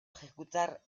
ejecutar